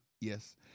Yes